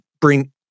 bring